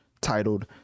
titled